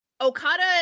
Okada